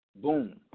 Boom